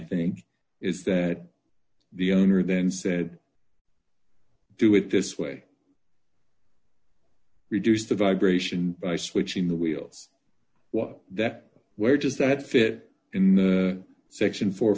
think is that the owner then said do with this way reduce the vibration by switching the wheels what that where does that fit in the section for